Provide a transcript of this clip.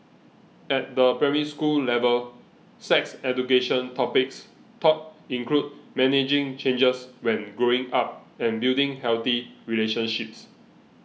at the Primary School level sex education topics taught include managing changes when growing up and building healthy relationships